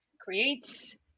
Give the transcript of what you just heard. creates